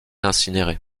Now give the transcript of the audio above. incinéré